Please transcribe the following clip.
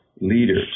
leaders